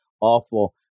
awful